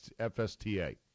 FSTA